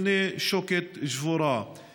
אחרי שכבר סגרה את משרדה ועברה לגור בגרמניה,